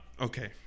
Okay